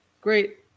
Great